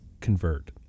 convert